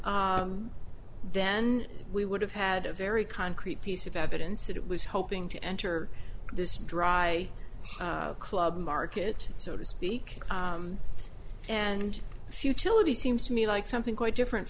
then we would have had a very concrete piece of evidence it was hoping to enter this dry club market so to speak and futility seems to me like something quite different